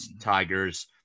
Tigers